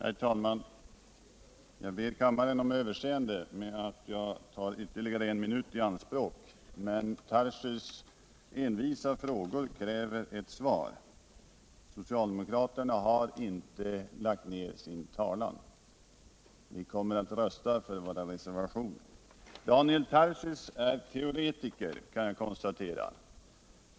Herr talman! Jag ber kammaren om överseende för att jag tar ytterligare någon minut i anspråk, men Daniel Tarschys envisa frågor kräver ett svar. Socialdemokraterna har inte lagt ned sin talan. Vi kommer att rösta för våra reservationer. Daniel Tarschys är teoretiker, det kan jag konstatera.